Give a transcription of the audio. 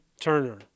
Turner